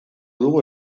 dugu